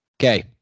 Okay